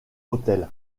hôtels